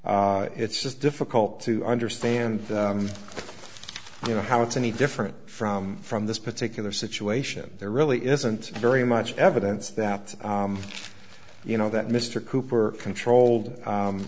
well it's just difficult to understand you know how it's any different from from this particular situation there really isn't very much evidence that you know that mr cooper controlled